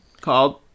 called